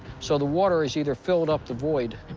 so the water has either filled up the void